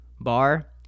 bar